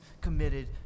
committed